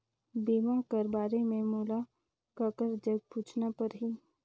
बीमा कर बारे मे मोला ककर जग पूछना परही?